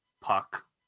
Puck